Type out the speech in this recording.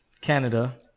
Canada